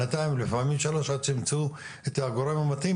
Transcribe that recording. שנתיים ולפעמים שלוש עד שיימצאו את הגורם המתאים,